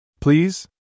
Please